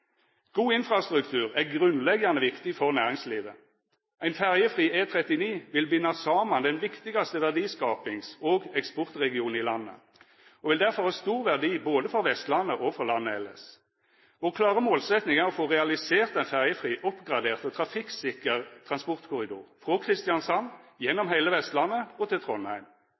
God infrastruktur er grunnleggjande viktig for næringslivet. Ein ferjefri E39 vil binda saman den viktigaste verdiskapings- og eksportregionen i landet og vil derfor ha stor verdi både for Vestlandet og for landet elles. Vår klare målsetjing er å få realisert ein ferjefri, oppgradert og trafikksikker transportkorridor frå Kristiansand, gjennom heile Vestlandet og til Trondheim.